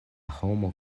homo